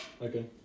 Okay